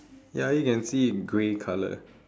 ya you can see in grey color